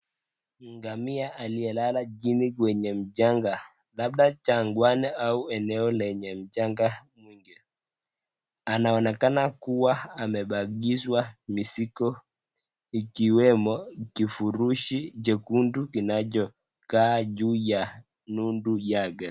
Ngamia aliyelala chini kwenye mchanga labda jangwani au eneo lenye mchanga mwingi, anaonekana kuwa amepakizwa mizigo ikiwemo kifurushi chekundu kinachokaa juu ya nundu yake